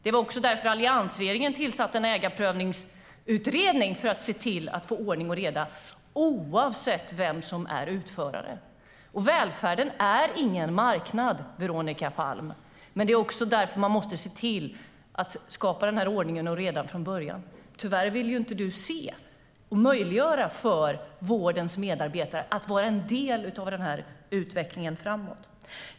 Det var också därför alliansregeringen tillsatte en ägarprövningsutredning - för att se till att få ordning och reda oavsett vem som är utförare. Välfärden är ingen marknad, Veronica Palm, men det är också därför man måste se till att skapa denna ordning och reda från början. Tyvärr vill inte du se det eller möjliggöra för vårdens medarbetare att vara en del av utvecklingen framåt.